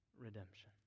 redemption